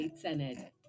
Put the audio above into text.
Senate